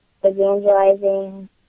evangelizing